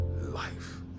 life